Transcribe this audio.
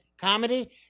Comedy